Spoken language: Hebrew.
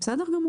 בסדר.